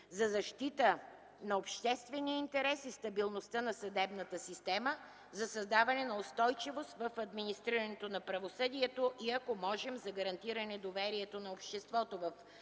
за защита на обществения интерес и стабилността на съдебната система, за създаване на устойчивост в администрирането на правосъдието и, ако можем, за гарантиране доверието на обществото в правораздаването,